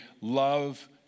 Love